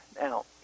Now